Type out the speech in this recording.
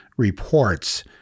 Reports